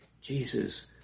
Jesus